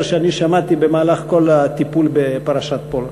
שאני שמעתי במהלך כל הטיפול בפרשת פולארד.